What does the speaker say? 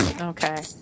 Okay